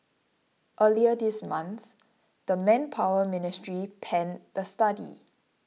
earlier this month the Manpower Ministry panned the study